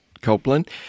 Copeland